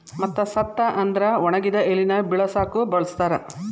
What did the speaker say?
ಮತ್ತ ಸತ್ತ ಅಂದ್ರ ಒಣಗಿದ ಎಲಿನ ಬಿಳಸಾಕು ಬಳಸ್ತಾರ